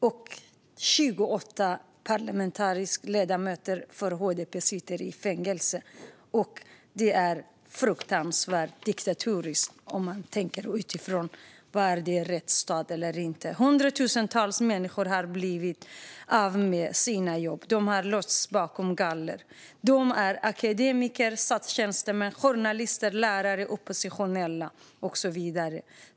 Och 28 parlamentariska ledamöter för HDP sitter i fängelse. Det är fruktansvärt och diktatoriskt, om man tänker utifrån om Turkiet är en rättsstat eller inte. Hundratusentals människor har blivit av med sina jobb. De har låsts in bakom galler. De är akademiker, statstjänstemän, journalister, lärare, oppositionella och så vidare.